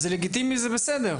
וזה לגיטימי ובסדר,